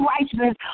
righteousness